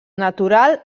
natural